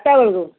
ଆଠଟା ବେଳକୁ